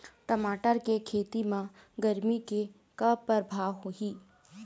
टमाटर के खेती म गरमी के का परभाव होही?